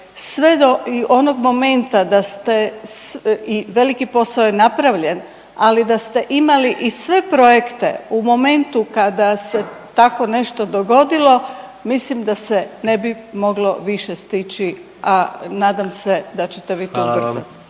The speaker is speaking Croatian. sve do onog momenta da ste i veliki posao je napravljen ali da ste imali i sve projekte u momentu kada se tako nešto dogodilo mislim da se ne bi moglo više stići a nadam se da ćete vi to ubrzati.